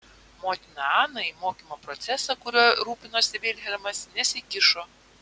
motina ana į mokymo procesą kuriuo rūpinosi vilhelmas nesikišo